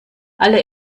alle